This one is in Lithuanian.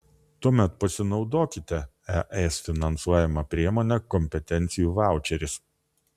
tuomet pasinaudokite es finansuojama priemone kompetencijų vaučeris